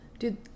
Dude